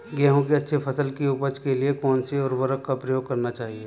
गेहूँ की अच्छी फसल की उपज के लिए कौनसी उर्वरक का प्रयोग करना चाहिए?